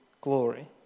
glory